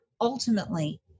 ultimately